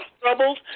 troubles